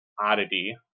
oddity